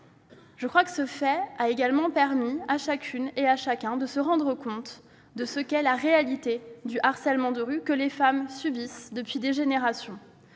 ces violences. Ces faits ont également permis à chacune et à chacun de se rendre compte de la réalité du harcèlement de rue que les femmes subissent depuis des générations.